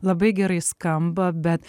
labai gerai skamba bet